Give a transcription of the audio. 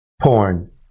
porn